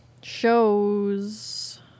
Shows